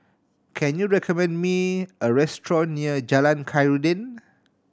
can you recommend me a restaurant near Jalan Khairuddin